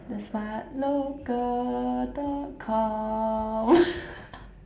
the smart local dot com